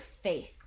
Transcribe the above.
faith